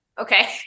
Okay